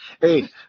Hey